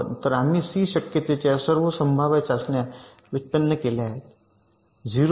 तर आम्ही सी शक्यतेच्या सर्व संभाव्य चाचण्या व्युत्पन्न केल्या आहेत ० वर